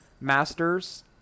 Masters